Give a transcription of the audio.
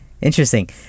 Interesting